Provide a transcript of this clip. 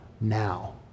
now